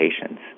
patients